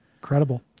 Incredible